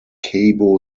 cabo